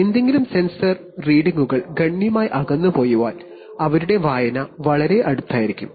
ഏതെങ്കിലും സെൻസർ റീഡിംഗുകൾ ഗണ്യമായി അകന്നുപോയാൽ അതിൽ തകരാറു സംഭവിച്ചേക്കാം